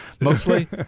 mostly